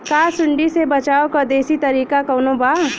का सूंडी से बचाव क देशी तरीका कवनो बा?